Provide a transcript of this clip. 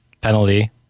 penalty